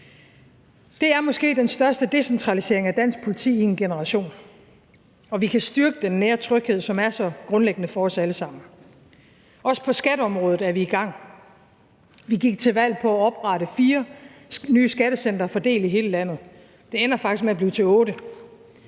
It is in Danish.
Det er måske den største decentralisering af dansk politi i en generation, og vi kan styrke den nære tryghed, som er så grundlæggende for os alle sammen. Også på skatteområdet er vi i gang. Vi gik til valg på at oprette fire nye skattecentre fordelt i hele landet. Og det ender faktisk med at blive til otte.